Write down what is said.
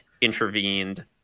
intervened